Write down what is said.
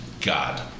God